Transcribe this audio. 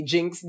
Jinx